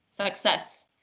success